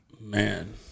man